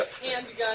handgun